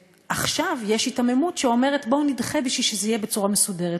ועכשיו יש היתממות שאומרת: בואו נדחה בשביל שזה יהיה בצורה מסודרת.